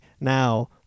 now